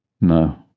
No